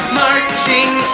marching